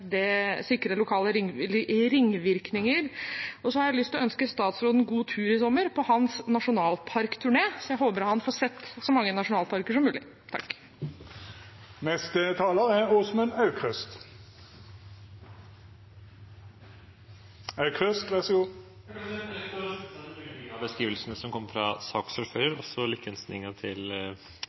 lokale ringvirkninger. Så har jeg lyst til å ønske statsråden god tur i sommer på hans nasjonalparkturné. Jeg håper han får sett så mange nasjonalparker som mulig. Det er lett å slutte seg til veldig mye av beskrivelsene som kom fra saksordføreren, og også innstillingen til